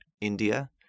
India